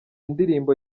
indirimbo